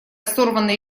сорванной